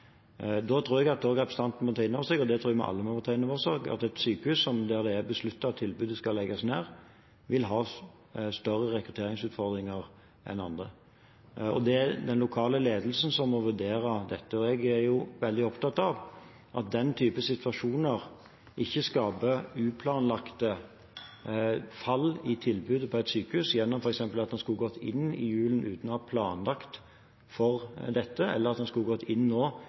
Da tror jeg representanten må ta inn over seg – det tror jeg vi alle må ta inn over oss – at et sykehus der det er besluttet at tilbudet skal legges ned, vil ha større rekrutteringsutfordringer enn andre. Det er den lokale ledelsen som må vurdere dette, og jeg er veldig opptatt av at den type situasjoner ikke skaper ikke-planlagte fall i tilbudet på et sykehus gjennom at man f.eks. skulle gått inn i julen uten å ha planlagt for dette, eller at en skulle gått inn nå